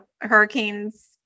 hurricanes